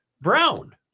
brown